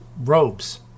robes